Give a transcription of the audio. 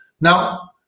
Now